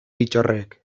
bittorrek